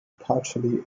partially